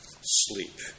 sleep